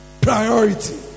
Priority